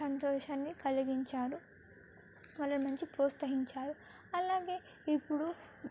సంతోషాన్ని కలిగించారు వాళ్ళను మంచి ప్రోత్సహించారు అలాగే ఇప్పుడు